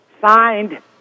signed